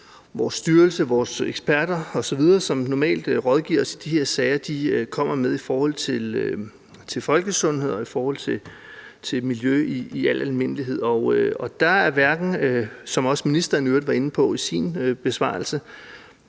vores styrelse, vores eksperter osv., som normalt rådgiver os i de her sager, kommer med i forhold til folkesundhed og i forhold til miljø i al almindelighed. Der er hverken, som ministeren i øvrigt også var inde på i sin besvarelse,